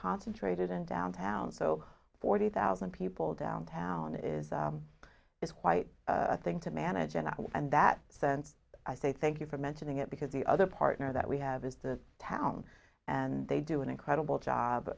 concentrated in downtown so forty thousand people downtown is is quite a thing to manage and i and that sense i say thank you for mentioning it because the other partner that we have is the town and they do an incredible job